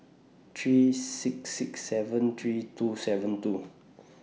three six six seven three two seven two